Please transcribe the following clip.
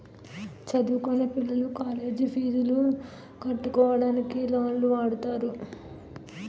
చదువుకొనే పిల్లలు కాలేజ్ పీజులు కట్టుకోవడానికి లోన్లు వాడుతారు